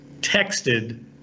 texted